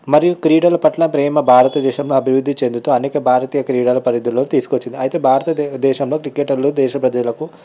మరియు క్రీడల పట్ల ప్రేమ భారతదేశం అభివృద్ధి చెందుతూ అనేక భారతీయ క్రీడల పరిధిలో తీసుకువచ్చింది అయితే భారత దేశంలో క్రికెటర్లు దేశ ప్రజలకు